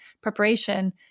preparation